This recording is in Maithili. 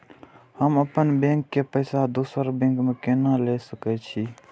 हम अपनों बैंक के पैसा दुसरा बैंक में ले सके छी?